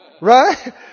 Right